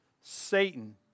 Satan